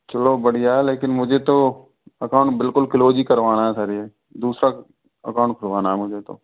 चलो बढ़िया है लेकिन मुझे तो अकाउंट बिलकुल क्लोज ही करवाना है सर ये दूसरा अकाउंट खुलवाना है मुझे तो